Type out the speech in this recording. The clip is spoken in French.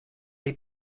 est